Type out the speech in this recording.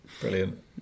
Brilliant